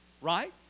Right